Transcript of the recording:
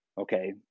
Okay